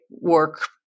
work